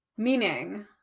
meaning